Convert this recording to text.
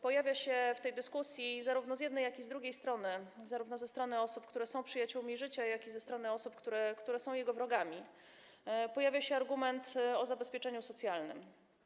Pojawia się w tej dyskusji zarówno z jednej, jak i z drugiej strony, zarówno ze strony osób, które są przyjaciółmi życia, jak i ze strony osób, które są jego wrogami, argument dotyczący zabezpieczenia socjalnego.